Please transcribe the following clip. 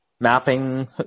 mapping